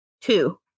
two